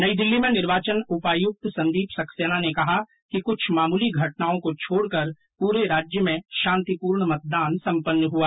नई दिल्ली में निर्वाचन उपायुक्त संदीप सक्सेना ने कहा कि कुछ मामूली घटनाओं को छोड़कर पूर्रे राज्य में शांतिपूर्ण मतदान सम्पन्न हआ